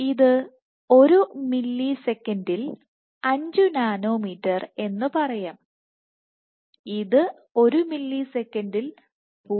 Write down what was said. ഇത് ഒരു മില്ലിസെക്കൻഡിൽ 5 നാനോമീറ്റർ എന്നു പറയാം ഇത് ഒരു മില്ലിസെക്കൻഡിൽ 0